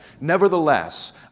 Nevertheless